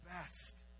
best